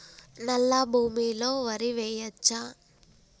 నల్లా భూమి లో వరి వేయచ్చా?